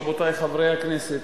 רבותי חברי הכנסת,